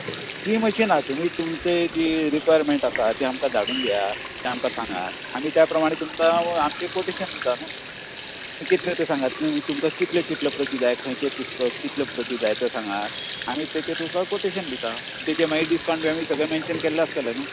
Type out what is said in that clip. तुमी तुमचे जीं रिक्वायरमँट आसात तें आमकां धाडून दियात तें आमकां सांगात आमी त्या प्रमाणे तुमकां आमचें कोटेशन दिता न्हू कितलें तें सांगात तुमकां कितल्यो कितल्यो प्रती जाय खंयच्यो पुस्तक कितल्यो प्रती जाय त्यो सांगात आमी ताचें तुका कोटेशन दिता तेचेर मागीर डिस्काउंट बी सगळें मेनशन केल्लें आसतलें न्हू